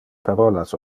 parolas